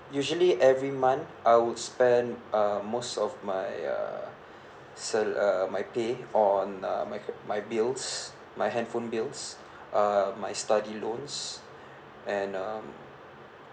usually every month I would spend um most of my uh sala~ uh my pay on uh my my bills my handphone bills uh my study loans and um